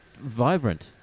vibrant